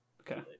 Okay